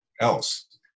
else